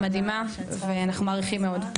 את מדהימה ואנחנו מעריכים מאוד.